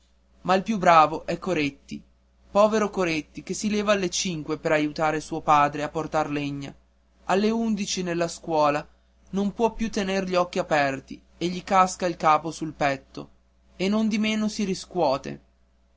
ma il più bravo è coretti povero coretti che si leva alle cinque per aiutare suo padre a portar legna alle undici nella scuola non può più tenere gli occhi aperti e gli casca il capo sul petto e nondimeno si riscuote